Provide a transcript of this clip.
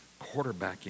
quarterbacking